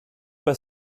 pas